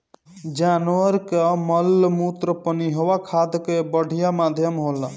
जानवर कअ मलमूत्र पनियहवा खाद कअ बढ़िया माध्यम होला